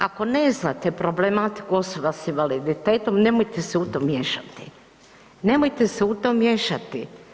Ako ne znate problematiku osoba s invaliditetom nemojte se u to miješati, nemojte se u to miješati.